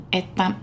että